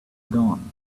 gone